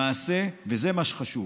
למעשה, וזה מה שחשוב